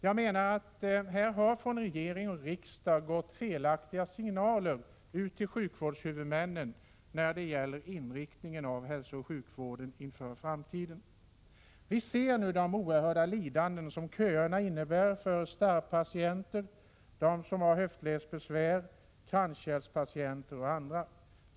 Jag menar att det från regering och riksdag har gått ut felaktiga signaler till sjukvårdshuvudmännen när det gäller inriktningen av hälsooch sjukvården inför framtiden. Vi ser nu de oerhörda lidanden som köerna innebär för starrpatienter, dem som har höftledsbesvär, kranskärlspatienter och andra.